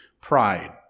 pride